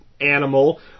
animal